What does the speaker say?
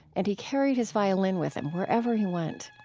and he carried his violin with him wherever he went.